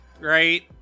right